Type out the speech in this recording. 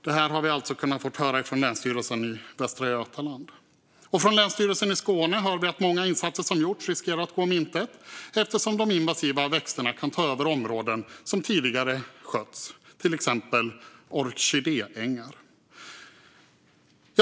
Det har vi kunnat höra från Länsstyrelsen i Västra Götaland. Från Länsstyrelsen i Skåne hör vi att många insatser som gjorts riskerar att gå om intet eftersom de invasiva växterna kan ta över områden som tidigare skötts, till exempel orkidéängar.